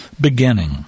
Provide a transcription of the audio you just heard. beginning